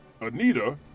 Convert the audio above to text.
Anita